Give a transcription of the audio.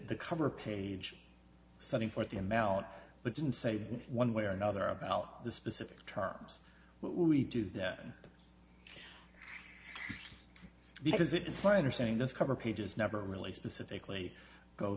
the cover page setting forth the amount but didn't say one way or another about the specific terms we do that because it's my understanding this cover pages never really specifically go